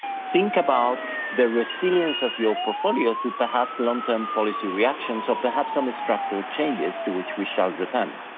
think about the resilience of your portfolio to perhaps the long term policy reactions or perhaps some structural changes to which we shall return.